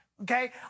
okay